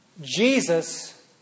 Jesus